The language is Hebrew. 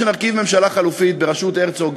שנרכיב ממשלה חלופית בראשות הרצוג,